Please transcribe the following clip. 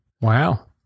Wow